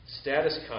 status